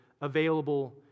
available